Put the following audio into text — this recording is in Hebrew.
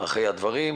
אחרי הדברים.